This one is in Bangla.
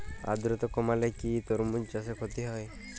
আদ্রর্তা কমলে কি তরমুজ চাষে ক্ষতি হয়?